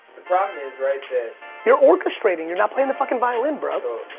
the problem is right that you're orchestrating, you're not playing the fucking violin bro.